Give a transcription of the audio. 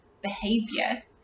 behavior